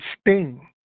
Sting